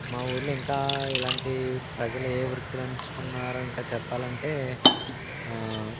మా ఊరిలో ఇంకా ఇలాంటి ప్రజలు ఏయే వృత్తులు ఎంచుకున్నారు ఇంకా చెప్పాలంటే